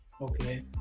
Okay